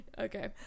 Okay